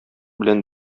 белән